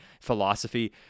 philosophy